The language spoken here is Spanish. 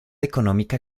económica